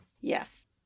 Yes